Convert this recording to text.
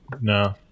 No